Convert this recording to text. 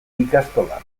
ikastola